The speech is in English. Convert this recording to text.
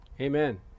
Amen